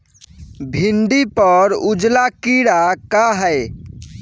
भिंडी पर उजला कीड़ा का है?